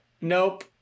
Nope